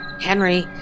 Henry